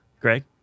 Greg